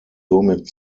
somit